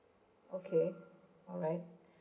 okay alright